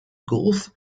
golf